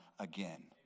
again